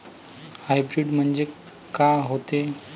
Hybrid म्हनजे का होते?